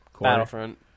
Battlefront